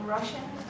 Russian